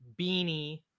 Beanie